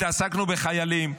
התעסקנו בחיילים,